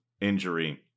injury